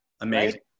amazing